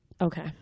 Okay